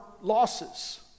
losses